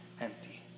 empty